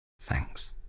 Thanks